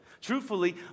Truthfully